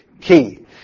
key